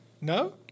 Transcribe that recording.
No